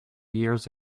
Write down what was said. years